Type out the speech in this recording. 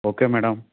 okay madam